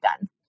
done